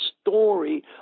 story